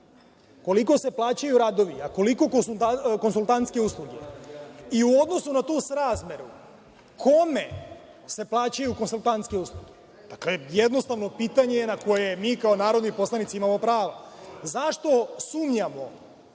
koliko se plaćaju radovi a koliko konsultantske usluge i u odnosu na tu srazmeru, kome se plaćaju konsultantske usluge? Dakle, jednostavno pitanje na koje mi, kao narodni poslanici, imamo pravo.Zašto sumnjamo